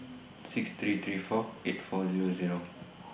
six three three four eight four Zero Zero